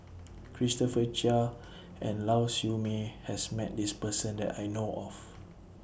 Christopher Chia and Lau Siew Mei has Met This Person that I know of